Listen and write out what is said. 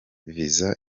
viza